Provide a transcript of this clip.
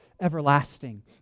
everlasting